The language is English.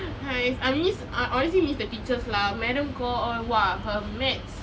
!hais! I miss I honestly miss the teachers lah madam goh all !wah! her math